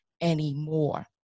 anymore